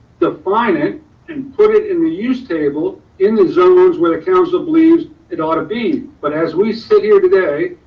define it and put it in the use table in the zones where the council believes it ought to be. but as we sit here today,